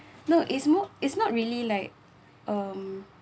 no it's more it's not really like um